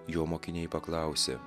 jo mokiniai paklausė